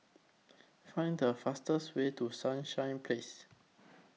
Find The fastest Way to Sunshine Place